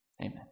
Amen